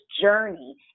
journey